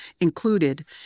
included